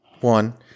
one